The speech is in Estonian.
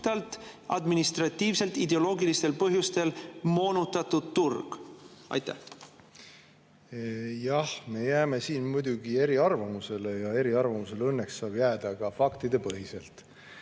administratiivselt, ideoloogilistel põhjustel moonutatud turg. Jah, me jääme siin muidugi eriarvamusele ja eriarvamusele saab õnneks jääda ka faktipõhiselt.